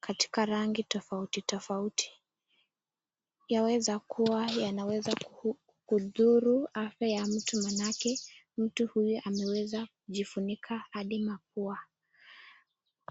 katika rangi tofauti tofauti. Yaweza kuwa yanaweza kudhuru afya ya mtu, maanake mtu huyu ameweza kujifunika hadi mapua.